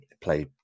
play